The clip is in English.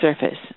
surface